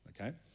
okay